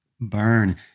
Burn